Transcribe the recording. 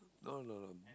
no no no